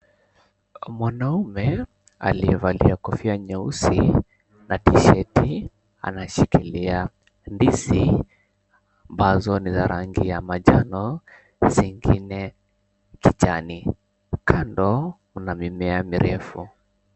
Mwanaume aliyevaa kofia nyeusi na tisheti anashikilia ndizi ambazo ni za rangi ya majano zingine kijani. Kando kuna mimea mirefu.